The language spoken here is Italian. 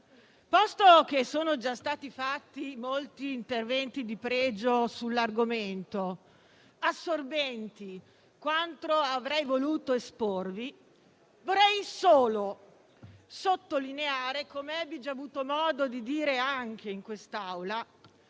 posto che sono già stati fatti molti interventi di pregio sull'argomento, assorbenti quanto avrei voluto esporvi, vorrei solo sottolineare, come ebbi già avuto modo di dire anche in quest'Aula,